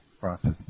process